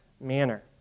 manner